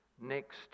next